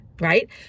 right